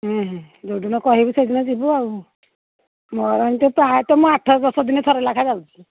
ଯୋଉଦିନ କହିବି ସେଇଦିନ ଯିବୁ ଆଉ ମୋର ଏ ତ ପ୍ରାୟତଃ ମୁଁ ଆଠ ଦଶ ଦିନେ ଥରେ ଲେଖା ଯାଉଛି